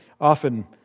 Often